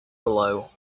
below